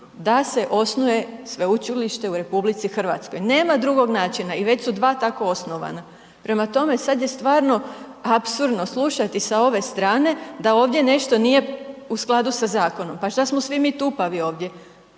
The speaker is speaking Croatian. da se osnuje sveučilište u RH, nema drugog načina i već su 2 tako osnovana. Prema tome, sad je stvarno apsurdno slušati sa ove strane da ovdje nešto nije u skladu sa zakonom. Pa šta smo svi mi tupavi ovdje?